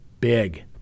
big